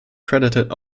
credited